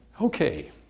Okay